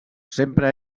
sempre